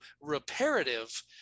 reparative